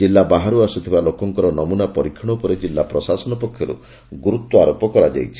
ଜିଲ୍ଲା ବାହାରୁ ଆସୁଥିବା ଲୋକଙ୍କର ନମୁନା ପରୀକ୍ଷଣ ଉପରେ ଜିଲ୍ଲା ପ୍ରଶାସନ ପକ୍ଷରୁ ଗୁରୁତ୍ୱାରୋପ କରାଯାଇଛି